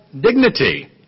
dignity